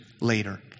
later